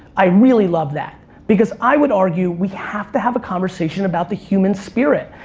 i really love that because i would argue we have to have a conversation about the human spirit.